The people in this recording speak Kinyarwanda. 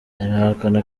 arahakana